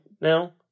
now